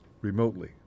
remotely